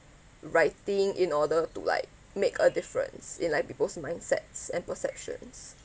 writing in order to like make a difference in like people's mindsets and perceptions